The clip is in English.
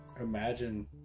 imagine